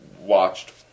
watched